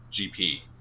GP